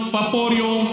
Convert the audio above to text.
Paporio